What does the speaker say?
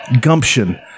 gumption